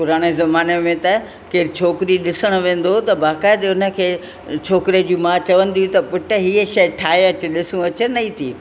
पुराणे ज़माने में त केरु छोकिरी ॾिसण वेंदो हुओ त बाकायदे उन खे छोकरे जी मा चवंदी हुई त पुटु हीअ शइ ठाहे अचु ॾिसूं अचनि थी